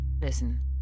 Listen